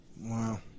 Wow